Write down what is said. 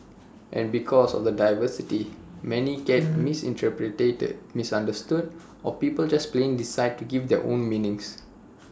and because of the diversity many get misinterpreted misunderstood or people just plain decide to give IT their own meanings